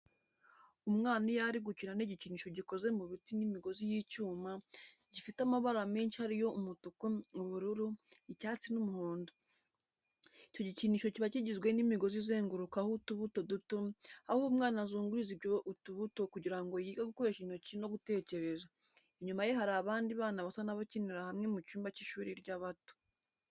Umwana iyo ari gukina n'igikinisho gikoze mu biti n'imigozi y'icyuma, gifite amabara menshi ari yo umutuku, ubururu, icyatsi n'umuhondo. Icyo gikinisho kiba kigizwe n'imigozi izengurukaho utubuto duto, aho umwana azunguriza ibyo utubuto kugira ngo yige gukoresha intoki no gutekereza. Inyuma ye hari abandi bana basa n'abikinira hamwe mu cyumba cy'ishuri ry'abato.